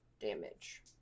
damage